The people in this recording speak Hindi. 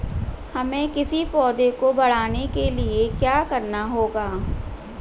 हमें किसी पौधे को बढ़ाने के लिये क्या करना होगा?